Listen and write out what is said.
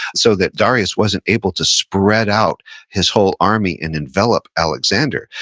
so that darius wasn't able to spread out his whole army and envelop alexander.